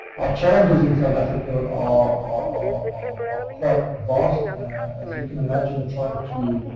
our challenges in south africa ah are quite vast as you can imagine and trying to